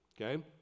Okay